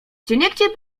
gdzieniegdzie